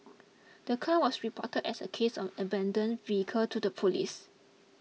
the car was reported as a case of an abandoned vehicle to the police